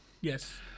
Yes